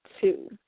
two